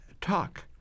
talk